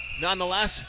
nonetheless